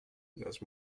las